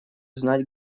знать